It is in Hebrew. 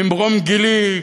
ממרום גילי,